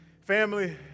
Family